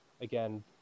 again